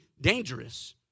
dangerous